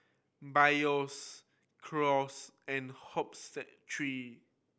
Biore Crocs and Hoops Factory